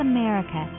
America